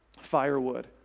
Firewood